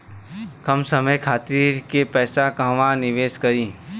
कम समय खातिर के पैसा कहवा निवेश करि?